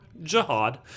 Jihad